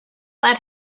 let